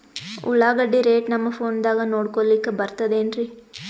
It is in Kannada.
ಉಳ್ಳಾಗಡ್ಡಿ ರೇಟ್ ನಮ್ ಫೋನದಾಗ ನೋಡಕೊಲಿಕ ಬರತದೆನ್ರಿ?